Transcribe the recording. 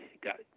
got